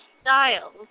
styles